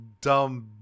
dumb